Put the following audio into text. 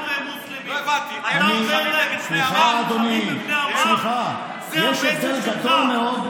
אלון, סגן שר הביטחון,